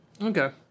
Okay